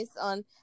on